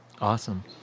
Awesome